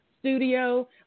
studio